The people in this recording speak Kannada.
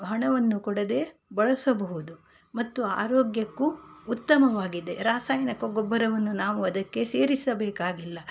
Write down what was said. ಹಣವನ್ನು ಕೊಡದೆ ಬಳಸಬಹುದು ಮತ್ತು ಆರೋಗ್ಯಕ್ಕು ಉತ್ತಮವಾಗಿದೆ ರಾಸಾಯನಿಕ ಗೊಬ್ಬರವನ್ನು ನಾವು ಅದಕ್ಕೆ ಸೇರಿಸಬೇಕಾಗಿಲ್ಲ